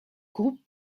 groupe